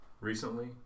recently